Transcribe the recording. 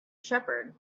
shepherd